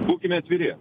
būkime atviri